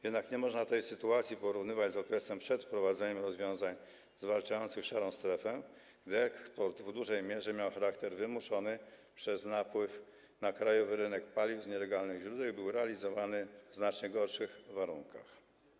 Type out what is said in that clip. Jednak nie można tej sytuacji porównywać z okresem przed wprowadzeniem rozwiązań zwalczających szarą strefę, bo wtedy eksport w dużej mierze miał charakter wymuszony przez napływ na krajowy rynek paliw z nielegalnych źródeł i był realizowany na znacznie gorszych warunkach.